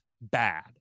bad